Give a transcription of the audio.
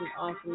awesome